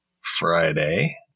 Friday